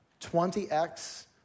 20x